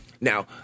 Now